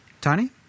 Tony